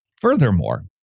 Furthermore